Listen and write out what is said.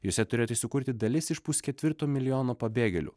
juose turėtų įsikurti dalis iš pusketvirto milijono pabėgėlių